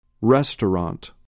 Restaurant